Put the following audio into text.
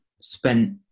spent